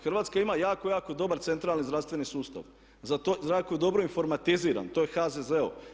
Hrvatska ima jako, jako dobar centralni zdravstveni sustav, jako dobro informatiziran, to je HZZO.